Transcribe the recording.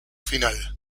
final